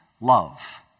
love